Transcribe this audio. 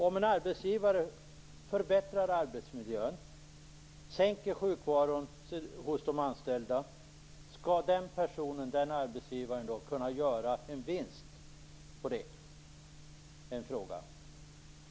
Om en arbetsgivare förbättrar arbetsmiljön och sänker sjukfrånvaron bland de anställda, skall den arbetsgivaren då kunna göra en vinst på det?